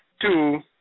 Two